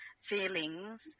feelings